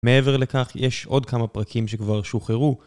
מעבר לכך יש עוד כמה פרקים שכבר שוחררו